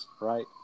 right